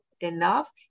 enough